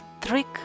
trick